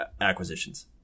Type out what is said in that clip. acquisitions